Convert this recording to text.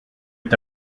est